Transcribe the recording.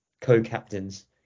co-captains